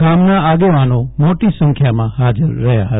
ગામના આગેવાનો મોટી સંખ્યામાં ફાજર રહ્યા ફતા